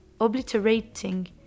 obliterating